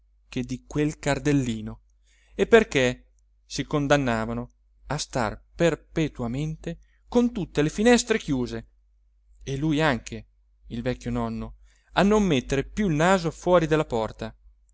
che di quel cardellino e perché si condannavano a star perpetuamente con tutte le finestre chiuse e lui anche il vecchio nonno a non metter più il naso fuori della porta